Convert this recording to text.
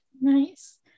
Nice